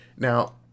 Now